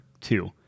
two